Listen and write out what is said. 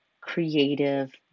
creative